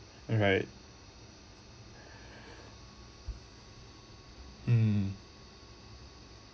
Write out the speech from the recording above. alright um